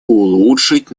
улучшить